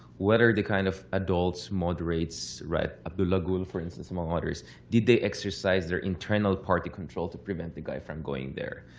whether the kind of adults, moderates, right abdullah gul, for instance, among others did they exercise their internal party control to prevent the guy from going there?